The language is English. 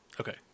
Okay